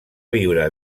viure